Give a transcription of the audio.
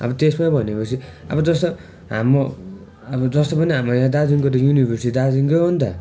अब त्यसमा भनेपछि अब जस्तो हाम्रो अब जस्तो पनि हाम्रो यहाँ दार्जिलिङको त युनिभर्सिटी दार्जिलिङकै हो नि त